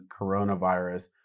coronavirus